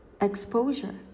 exposure